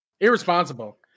Irresponsible